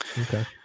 okay